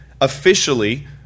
officially